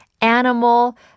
animal